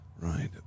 Right